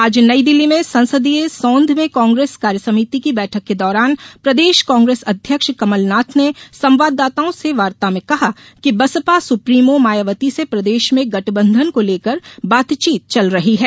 आज नई दिल्ली में संसदीय सौंध में कांग्रेस कार्यसभिति की बैठक के दौरान प्रदेश कांग्रेस अध्यक्ष कमलनाथ ने संवाददाताओं से वार्ता में कहा कि बसपा सुप्रीमों मायावती से प्रदेश मे गठबंधन को लेकर बातचीत चल रही है